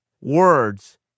words